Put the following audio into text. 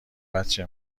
بچه